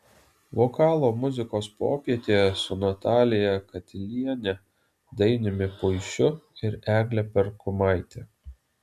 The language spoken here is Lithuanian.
vokalo muzikos popietė su natalija katiliene dainiumi puišiu ir egle perkumaite